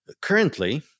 currently